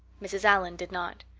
mrs. allan did not.